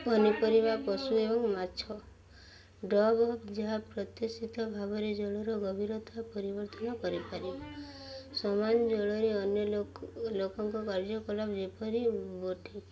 ପନିପରିବା ପଶୁ ଏବଂ ମାଛ ଡବ ଯାହା ପ୍ରତିଶିତ ଭାବରେ ଜଳର ଗଭୀରତା ପରିବର୍ତ୍ତନ କରିପାରିବ ସାମାନ ଜଳରେ ଅନ୍ୟ ଲୋକ ଲୋକଙ୍କ କାର୍ଯ୍ୟକଳାପ ଯେପରି ବୋଟିିକ